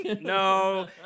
no